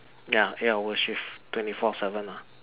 ya eight hour shift twenty four seven lah